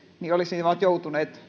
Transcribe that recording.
tarvita olisivat joutuneet